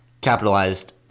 capitalized